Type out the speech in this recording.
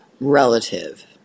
relative